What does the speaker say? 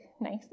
nice